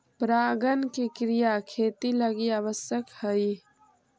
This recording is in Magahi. परागण के क्रिया खेती लगी आवश्यक हइ